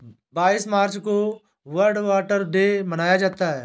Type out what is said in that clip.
बाईस मार्च को world water day मनाया जाता है